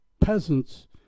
peasants